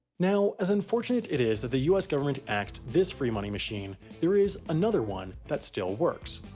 now, as unfortunate it is that the us government axed this free-money-machine, there is another one that still works.